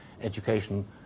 education